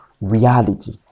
Reality